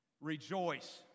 rejoice